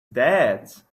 dad’s